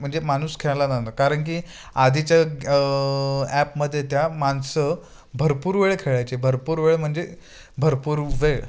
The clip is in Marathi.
म्हणजे माणूस खेळायलाणार नाही कारण की आधीच्या ॲपमध्ये त्या माणसं भरपूर वेळ खेळायचे भरपूर वेळ म्हणजे भरपूर वेळ